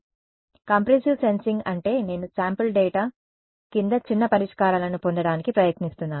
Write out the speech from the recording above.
కాబట్టి compressive sensing అంటే నేను శాంపిల్ డేటా కింద చిన్న పరిష్కారాలను పొందడానికి ప్రయత్నిస్తున్నాను